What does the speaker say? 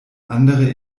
andere